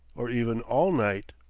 or even all night.